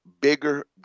bigger